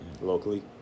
Locally